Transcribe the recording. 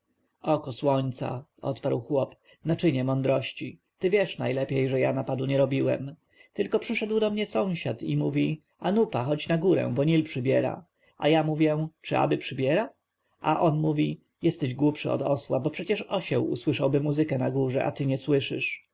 oko słońca odparł chłop naczynie mądrości ty wiesz najlepiej że ja napadu nie robiłem tylko przyszedł do mnie sąsiad i mówi anupa chodź na górę bo nil przybiera a ja mówię czy aby przybiera a on mówi jesteś głupszy od osła bo przecież osieł usłyszałby muzykę na górze a ty nie słyszysz